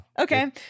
Okay